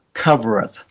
Covereth